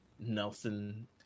nelson